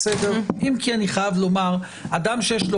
אם כי אני חייב לומר שאדם שיש לו